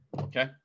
Okay